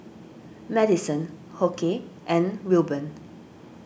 Madyson Hoke and Wilburn